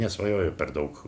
nesvajoju per daug